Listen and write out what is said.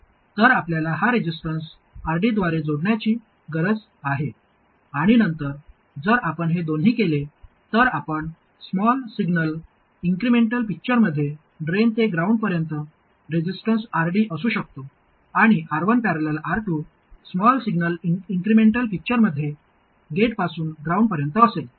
तर आपल्याला हा रेसिस्टन्स RD द्वारे जोडण्याची गरज आहे आणि नंतर जर आपण हे दोन्ही केले तर आपण स्मॉल सिग्नल इन्क्रिमेंटल पिक्चरमध्ये ड्रेन ते ग्राउंड पर्यंत रेसिस्टन्स RD असू शकतो आणि R1 ।। R2 small signal incremental पिक्चरमध्ये गेटपासून ग्राउंड पर्यंत असेल